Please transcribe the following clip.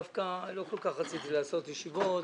דווקא לא כל כך רציתי לעשות ישיבות,